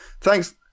Thanks